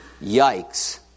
Yikes